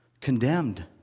Condemned